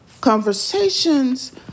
Conversations